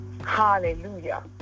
Hallelujah